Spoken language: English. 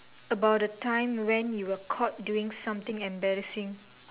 about a time when you were caught doing something embarassing